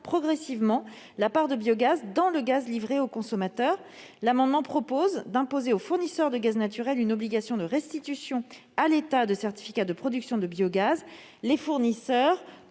progressivement la part de biogaz livrée aux consommateurs. Cet amendement tend à imposer aux fournisseurs de gaz naturel une obligation de restitution à l'État de certificats de production de biogaz ; les fournisseurs